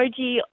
emoji